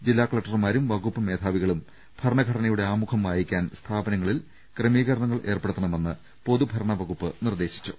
ജില്ലാ കലക്ടർമാരും വകുപ്പ് മേധാവികളും ഭരണഘടനയുടെ ആമുഖം വായിക്കാൻ സ്ഥാപനങ്ങളിൽ ക്രമീകരണങ്ങൾ ഏർപ്പെടുത്തണമെന്ന് പൊതുഭരണവകുപ്പ് നിർദ്ദേശിച്ചു